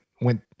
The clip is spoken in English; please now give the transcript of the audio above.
went